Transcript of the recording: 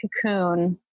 cocoon